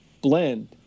blend